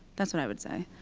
that's what i would say.